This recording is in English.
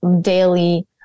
daily